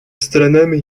сторонами